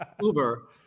uber